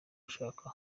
ushaka